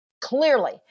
clearly